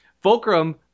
Fulcrum